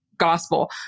gospel